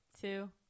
two